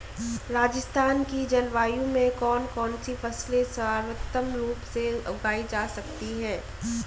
राजस्थान की जलवायु में कौन कौनसी फसलें सर्वोत्तम रूप से उगाई जा सकती हैं?